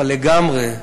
אבל לגמרי,